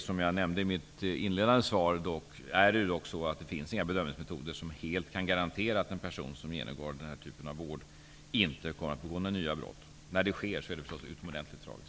Som jag nämnde i mitt inledande svar är det dock så, att det inte finns några bedömningsmetoder som helt kan garantera att en person som genomgår den här typen av vård inte kommer att begå nya brott. När det sker är det förstås utomordentligt tragiskt.